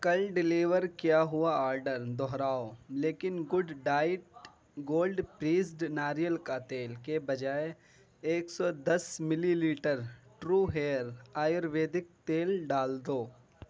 کل ڈیلیور کیا ہوا آرڈر دوہراؤ لیکن گوڈ ڈائٹ گولڈ پریسڈ ناریل کا تیل کے بجائے ایک سو دس ملی لیٹر ٹرو ہیئر آیور ویدک تیل ڈال دو